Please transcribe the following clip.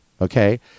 okay